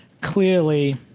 clearly